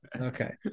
Okay